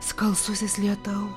skalsusis lietau